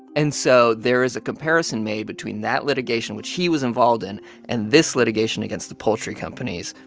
and so there is a comparison made between that litigation which he was involved in and this litigation against the poultry companies.